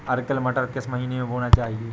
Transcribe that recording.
Arkel मटर किस महीना में बोना चाहिए?